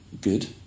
Good